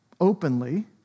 openly